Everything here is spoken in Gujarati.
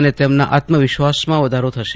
અને તેમના આત્મવિશ્વાસમાં વધારો થશે